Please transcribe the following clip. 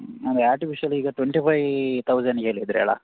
ಆದರೆ ಆರ್ಟಿಫಿಷಿಯಲ್ ಈಗ twenty five ತೌಸಂಡಿಗೆ ಹೇಳಿದ್ರಿ ಅಲಾ